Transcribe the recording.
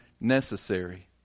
necessary